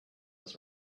was